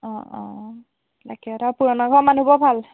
অঁ অঁ তাকেইতো আৰু পুৰণা ঘৰৰ মানুহবোৰৰ ভাল